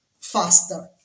faster